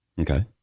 Okay